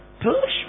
push